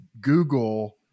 Google